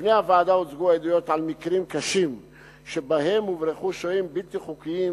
בפני הוועדה הוצגו עדויות על מקרים קשים שבהם הוברחו שוהים בלתי חוקיים